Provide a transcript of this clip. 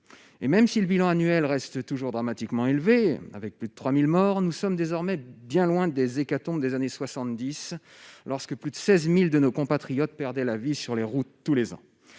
et même si le bilan annuel reste toujours dramatiquement élevé avec plus de 3000 morts, nous sommes désormais bien loin des hécatombes des années 70 lorsque plus de 16000 de nos compatriotes perdait la vie sur les routes, tous les ans